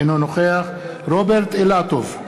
אינו נוכח רוברט אילטוב,